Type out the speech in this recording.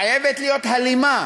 חייבת להיות הלימה